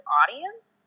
audience